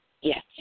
Yes